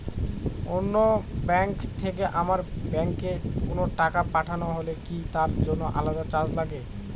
অন্য ব্যাংক থেকে আমার ব্যাংকে কোনো টাকা পাঠানো হলে কি তার জন্য আলাদা চার্জ লাগে?